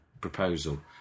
proposal